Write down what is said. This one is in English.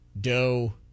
Doe